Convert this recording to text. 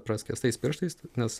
praskėstais pirštais nes